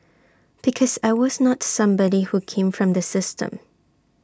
because I was not somebody who came from the system